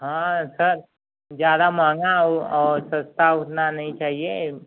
हाँ सर ज़्यादा महँगा वह और सस्ता उतना नहीं चाहिए